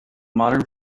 modern